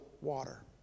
water